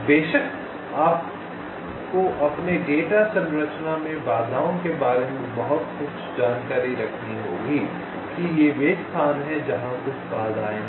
बेशक आपको अपने डेटा संरचना में बाधाओं के बारे में कुछ जानकारी रखनी होगी कि ये वे स्थान हैं जहाँ कुछ बाधाएँ हैं